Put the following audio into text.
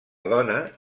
dona